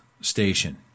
station